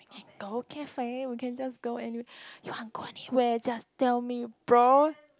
we can go cafe we can just go anywhere you want go anywhere just tell me bro